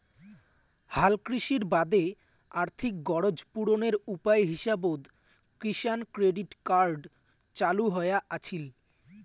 হালকৃষির বাদে আর্থিক গরোজ পূরণের উপায় হিসাবত কিষাণ ক্রেডিট কার্ড চালু হয়া আছিল